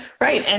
right